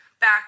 back